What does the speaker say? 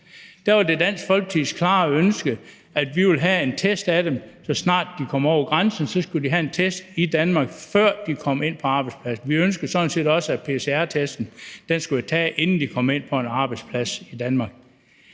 Der var det Dansk Folkepartis klare ønske, at de skulle testes, så snart de kom over grænsen, altså at de skulle have test i Danmark, før de kom ind på arbejdspladsen. Vi ønskede sådan set også, at pcr-testen skulle være taget, inden de kom ind på en arbejdsplads i Danmark.